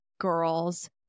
girls